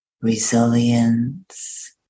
resilience